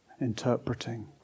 interpreting